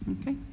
Okay